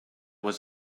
was